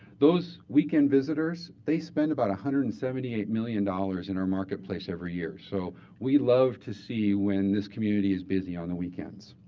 those weekend visitors, they spend about one hundred and seventy eight million dollars in our marketplace every year. so we love to see when this community is busy on the weekends.